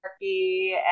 Turkey